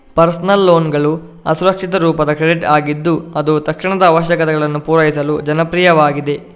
personal ಲೋನ್ಗಳು ಅಸುರಕ್ಷಿತ ರೂಪದ ಕ್ರೆಡಿಟ್ ಆಗಿದ್ದು ಅದು ತಕ್ಷಣದ ಅವಶ್ಯಕತೆಗಳನ್ನು ಪೂರೈಸಲು ಜನಪ್ರಿಯವಾಗಿದೆ